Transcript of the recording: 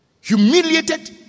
humiliated